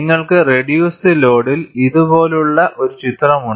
നിങ്ങൾക്ക് റെഡ്യൂസ്ഡ് ലോഡിൽ ഇതുപോലുള്ള ഒരു ചിത്രം ഉണ്ട്